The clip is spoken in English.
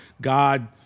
God